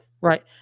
Right